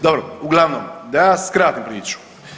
Dobro, uglavnom da ja skratim priču.